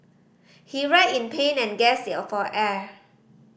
he writhed in pain and for air